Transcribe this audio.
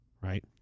right